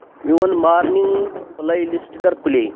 میون morning playlist کر پلِے